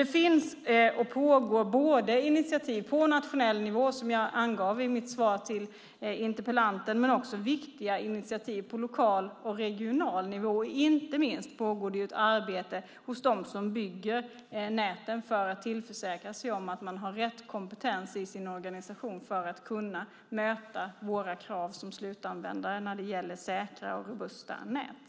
Det pågår både initiativ på nationell nivå, som jag angav i mitt svar till interpellanten, och viktiga initiativ på lokal och regional nivå. Inte minst pågår det ett arbete hos dem som bygger näten för att tillförsäkra sig rätt kompetens i sin organisation för att kunna möta våra krav som slutanvändare när det gäller säkra och robusta nät.